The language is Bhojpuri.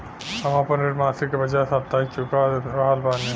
हम आपन ऋण मासिक के बजाय साप्ताहिक चुका रहल बानी